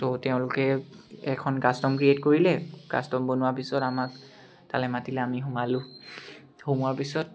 তো তেওঁলোকে এখন কাষ্টম ক্ৰিয়েট কৰিলে কাষ্টম বনোৱাৰ পিছত আমাক তালৈ মাতিলে আমি সোমালোঁ সোমোৱাৰ পিছত